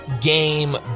game